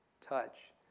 touch